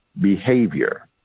behavior